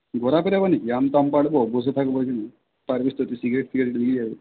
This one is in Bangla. ঘোরাফেরা মানে কি আম টাম পাড়ব বসে থাকব ওইখানে পারিস তো তুই সিগারেট ফিগারেট লিয়ে যাবি